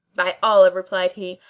by allah, replied he,